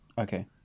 Okay